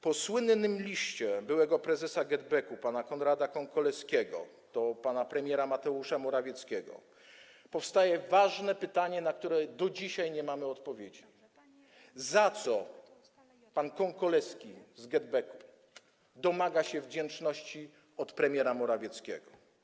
Po słynnym liście byłego prezesa GetBacku pana Konrada Kąkolewskiego do pana premiera Mateusza Morawieckiego powstaje ważne pytanie, na które do dzisiaj nie mamy odpowiedzi, za co pan Kąkolewski z GetBacku domaga się wdzięczności od premiera Morawieckiego.